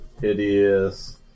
hideous